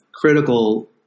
critical